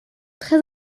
très